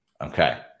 Okay